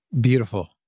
Beautiful